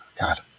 god